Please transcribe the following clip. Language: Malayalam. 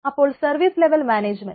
അപ്പോൾ സർവീസ് ലെവൽ മാനേജ്മെൻറ്